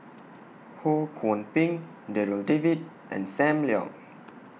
Ho Kwon Ping Darryl David and SAM Leong